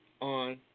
on